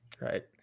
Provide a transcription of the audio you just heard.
right